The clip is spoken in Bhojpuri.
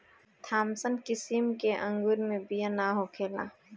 थामसन किसिम के अंगूर मे बिया ना होखेला